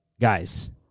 guys